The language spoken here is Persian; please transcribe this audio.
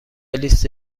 لیست